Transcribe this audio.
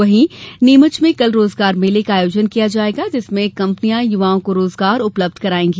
वहीं नीमच में कल रोजगार मेले का आयोजन किया जायेगाजिसमें कंपनियां युवाओं को रोजगार उपलब्ध करायेंगी